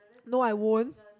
no I won't